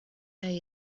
day